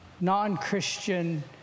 non-christian